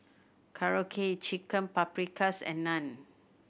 Korokke Chicken Paprikas and Naan